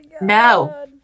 No